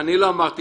אני לא אמרתי.